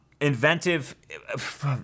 Inventive